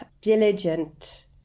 diligent